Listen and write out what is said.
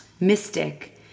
mystic